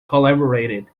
collaborated